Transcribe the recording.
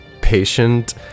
patient